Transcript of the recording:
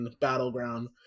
battleground